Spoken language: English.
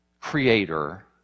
Creator